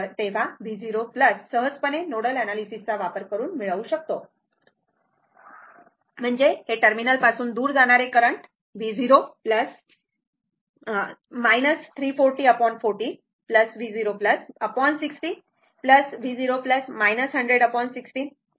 तर V 0 सहजपणे nodal अँनॅलिसिसचा वापर करून मिळवू शकतो म्हणजे हे टर्मिनल पासून दूर जाणारे करंट V 0 340 40 V 0 60 V0 100 16 0